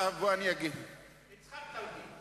הצחקת אותי.